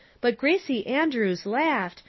but gracie andrews laughed,